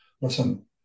Listen